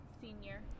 Senior